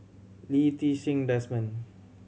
Lee Ti Seng Desmond